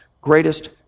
greatest